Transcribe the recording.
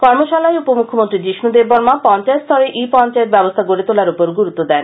কর্মশালায় উপমুখ্যমন্ত্রী যিষ্ণু দেববর্মা পঞ্চায়েতস্তরে ই পঞ্চায়েত ব্যবস্থা গড়ে তোলার উপর গুরত্ব দেন